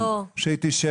שהיא תשב אתכם.